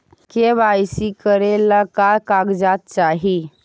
KYC करे ला का का कागजात चाही?